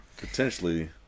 potentially